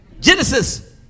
Genesis